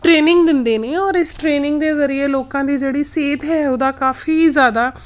training ਦਿੰਦੇ ਨੇ ਔਰ ਇਸ ਟ੍ਰੇਨਿੰਗ ਦੇ ਜ਼ਰੀਏ ਲੋਕਾਂ ਦੀ ਜਿਹੜੀ ਸਿਹਤ ਹੈ ਉਹਦਾ ਕਾਫੀ ਜ਼ਿਆਦਾ